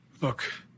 Look